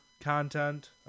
content